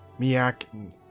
Miak